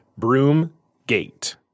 Broomgate